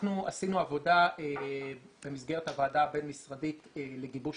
אנחנו עשינו עבודה במסגרת הוועדה הבין-משרדית לגיבוש